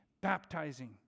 baptizing